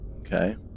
Okay